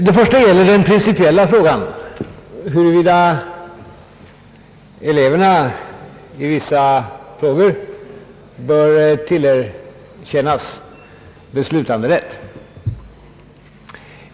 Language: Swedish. Det första gäller den principiella frågan, huruvida eleverna i vissa frågor bör till erkännas beslutanderätt.